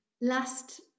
last